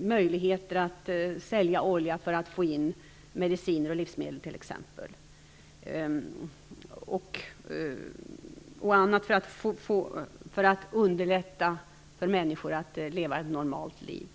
möjligheter att sälja olja för att få in t.ex. medicin, livsmedel och annat som underlättar för människor att leva ett normalt liv.